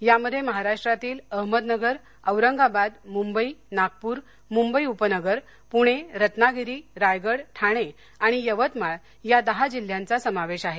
यामध्ये महाराष्ट्रातील अहमदनगर औरंगाबाद मुंबई नागपुर मुंबई उपनगर पृणे रत्नागिरी रायगड ठाणे आणि यवतमाळ या दहा जिल्ह्यांचा समावेश आहे